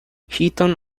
heaton